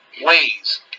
ways